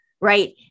right